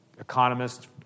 Economists